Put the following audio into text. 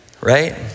right